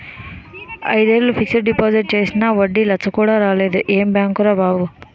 ఐదేళ్ళు fixed deposit చేసినా వడ్డీ లచ్చ కూడా రాలేదు ఏం బాంకురా బాబూ